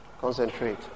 concentrate